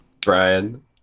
Brian